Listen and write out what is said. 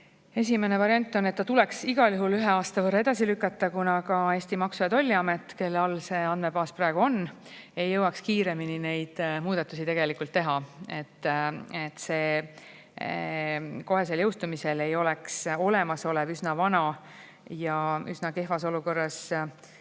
Esimene variant on, et see tuleks igal juhul ühe aasta võrra edasi lükata, kuna Maksu- ja Tolliamet, kelle all see andmebaas praegu on, ei jõuaks kiiremini neid muudatusi teha. Kohesel jõustumisel ei oleks olemasolev üsna vana ja üsna kehvas olukorras